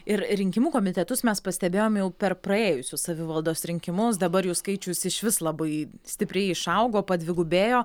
ir rinkimų komitetus mes pastebėjom jau per praėjusius savivaldos rinkimus dabar jų skaičius išvis labai stipriai išaugo padvigubėjo